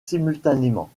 simultanément